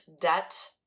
debt